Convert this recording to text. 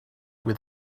with